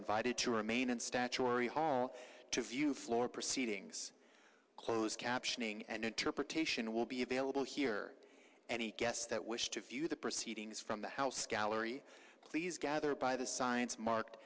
invited to remain in statuary hall to view floor proceedings closed captioning and interpretation will be available here any guests that wish to view the proceedings from the house gallery please gather by the science mark